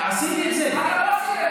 תעזוב אותך.